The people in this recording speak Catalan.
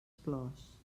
plors